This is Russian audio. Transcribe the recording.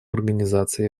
организации